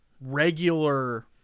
regular